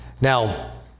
Now